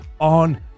on